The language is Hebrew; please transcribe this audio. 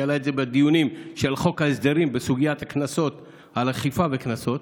שהעלה בדיונים בחוק ההסדרים את סוגיית האכיפה והקנסות.